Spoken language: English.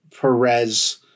Perez